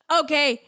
okay